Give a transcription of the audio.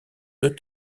deux